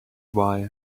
why